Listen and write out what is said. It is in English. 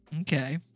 okay